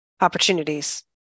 opportunities